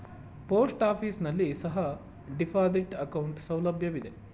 post office ನಲ್ಲಿ ಸಹ deposit account ಸೌಲಭ್ಯವಿದೆ